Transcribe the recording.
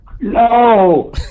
No